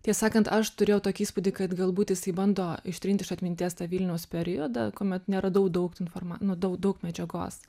tie sakant aš turėjau tokį įspūdį kad galbūt jisai bando ištrint iš atminties tą vilniaus periodą kuomet neradau daug informa nu dau daug medžiagos